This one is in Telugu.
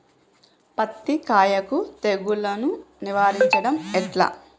పత్తి కాయకు తెగుళ్లను నివారించడం ఎట్లా?